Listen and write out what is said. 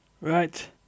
Right